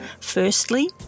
Firstly